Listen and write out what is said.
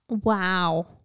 wow